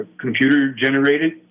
computer-generated